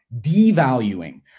devaluing